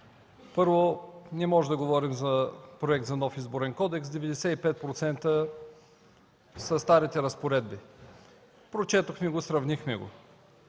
първо – не можем да говорим за Проект за нов Избирателен кодекс, 95% са старите разпоредби. Прочетохме го, сравнихме го.